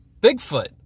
Bigfoot